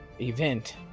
event